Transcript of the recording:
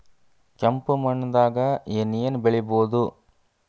ಕೆಂಪು ಮಣ್ಣದಾಗ ಏನ್ ಏನ್ ಬೆಳಿಬೊದು?